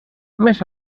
més